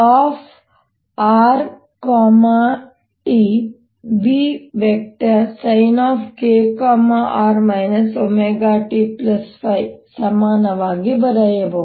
r ωtϕ ಸಮನಾಗಿ ಬರೆಯಬಹುದು